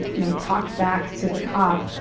talked back to the cop,